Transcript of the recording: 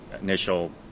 initial